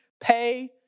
Pay